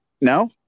No